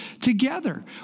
together